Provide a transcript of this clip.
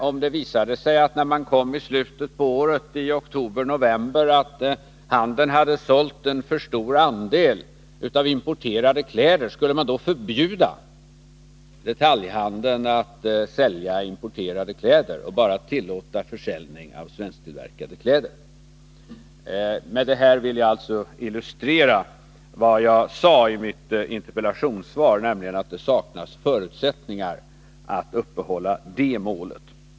Om det visade sigi slutet av året, säg oktober eller november, att handeln hade sålt för stor andel importerade kläder, skulle man då förbjuda detaljhandeln att sälja importerade kläder och bara tillåta försäljning av svensktillverkade kläder resten av året? Med detta vill jag illustrera vad jag sade i mitt interpellationssvar, nämligen att det saknas förutsättningar att uppnå det målet.